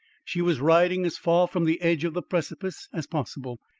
she was riding as far from the edge of the precipice as possible.